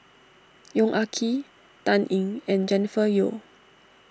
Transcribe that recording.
Yong Ah Kee Dan Ying and Jennifer Yeo